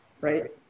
right